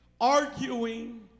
arguing